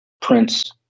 Prince